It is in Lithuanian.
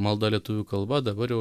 malda lietuvių kalba dabar jau